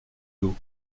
dos